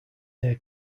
near